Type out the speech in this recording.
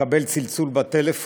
מקבל צלצול בטלפון,